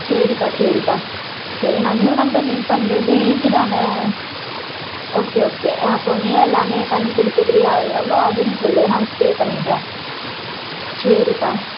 சரிப்பா சரிப்பா சரி நான் நியூ நம்பர் லிங்க் பண்ணுறது ஈஸி தானே ஓகே ஓகே அப்போது நீயே எல்லாமே பண்ணி கொடுத்துறியா எவ்வளோ ஆகும்னு சொல் நான் பே பண்ணிடுறேன் சரிப்பா